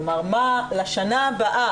כלומר לשנה הבאה,